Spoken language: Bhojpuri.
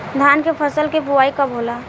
धान के फ़सल के बोआई कब होला?